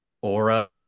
aura